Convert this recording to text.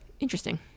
interesting